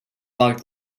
locked